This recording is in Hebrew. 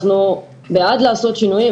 אנחנו בעד לעשות שינויים,